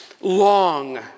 long